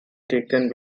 taken